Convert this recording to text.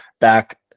back